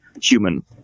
human